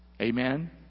Amen